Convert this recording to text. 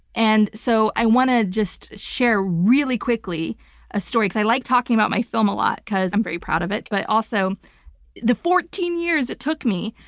and so i want to just share really quickly a story because i like talking about my film a lot, because i'm very proud of it, but also the fourteen years it took me,